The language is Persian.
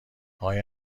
آقای